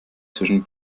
zwischen